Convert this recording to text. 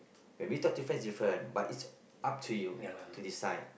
maybe talk to friends different but it's up to you to decide